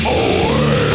away